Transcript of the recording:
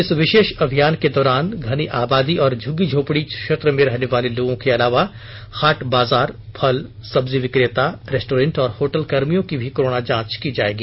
इस विशेष अभियान के दौरान घनी आबादी और झुग्गी झोपड़ी क्षेत्र में रहने वाले लोगों के अलावा हाट बजार फल सब्जी बिकेता रेस्टोरेंट और हॉटल कर्मियों की भी कोरोना जांच की जाएगी